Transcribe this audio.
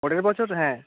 পরের বছর হ্যাঁ